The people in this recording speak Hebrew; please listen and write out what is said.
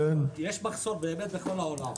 באמת יש מחסור בכל העולם.